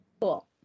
Cool